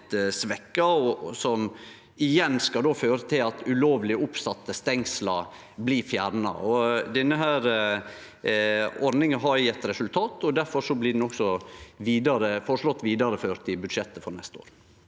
svekt, og som igjen skal føre til at ulovleg oppsette stengsel blir fjerna. Denne ordninga har gjeve resultat, og difor blir ho føreslått vidareført i budsjettet for neste år.